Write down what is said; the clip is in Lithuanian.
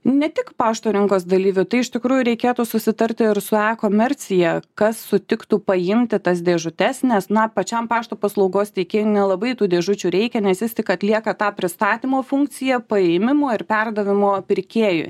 ne tik pašto rinkos dalyvių tai iš tikrųjų reikėtų susitarti ir su e komercija kas sutiktų paimti tas dėžutes nes na pačiam pašto paslaugos teikėjui nelabai tų dėžučių reikia nes jis tik atlieka tą pristatymo funkciją paėmimo ir perdavimo pirkėjui